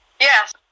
Yes